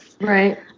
Right